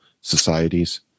societies